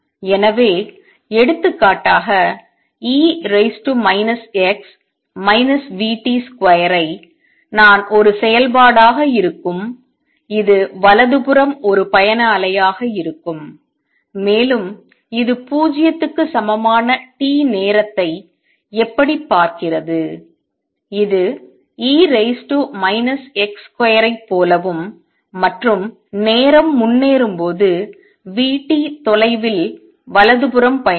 எனவே எடுத்துக்காட்டாக e raise to minus x minus v t square ஐ நான் ஒரு செயல்பாடாக இருக்கும் இது வலதுபுறம் ஒரு பயண அலையாக இருக்கும் மேலும் இது 0 க்கு சமமான t நேரத்தை எப்படிப் பார்க்கிறது இது e raise to minus x square ஐ போலவும் மற்றும் நேரம் முன்னேறும்போது v t தொலைவில் வலதுபுறம் பயணிக்கும்